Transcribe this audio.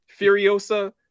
Furiosa